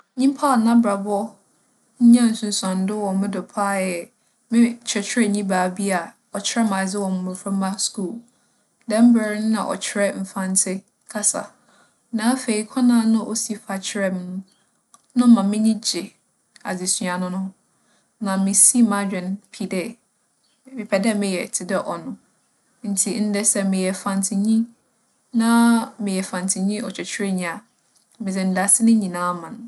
Nyimpa a n'abrabͻ nyaa nsunsuando wͻ mo do paa yɛ me kyerɛkyerɛnyi baa bi a ͻkyerɛɛ me adze wͻ mboframba skuul. Dɛm ber no nna ͻkyerɛ Mfantse kasa. Na afei kwan a nna osi fa kyerɛ me no, na ͻma m'enyi gye adzesua no - no. Na misii m'adwen pi dɛ mepɛ dɛ meyɛ tse dɛ ͻno. Ntsi ndɛ sɛ meyɛ Mfantsenyi na meyɛ Mfantsenyi ͻkyerɛkyerɛnyi a, medze ndaase no nyina ma no.